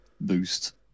boost